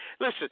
Listen